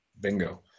Bingo